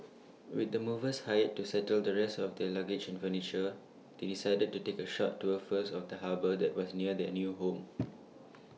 with the movers hired to settle the rest of their luggage and furniture they decided to take A short tour first of the harbour that was near their new home